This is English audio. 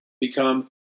become